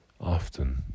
often